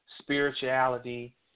spirituality